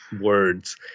words